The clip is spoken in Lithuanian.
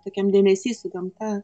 tokiam dėmesy su gamta